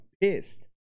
pissed